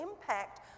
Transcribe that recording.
impact